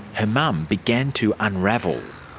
her mum began to unravel.